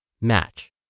Match